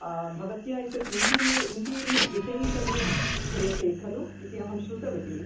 हा भवत्या एतत् इण्टिनि इण्टिरियर् डिसै़न् सर्वं क्रियते खलु इति अहं श्रुतवती